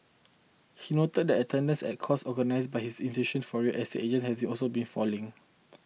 he noted that attendance at course organised by his institute for real estate agents has also been falling